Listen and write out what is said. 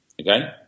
okay